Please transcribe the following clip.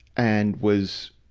and was,